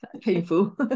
painful